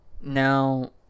now